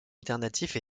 alternatif